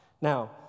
Now